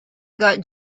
got